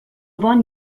bon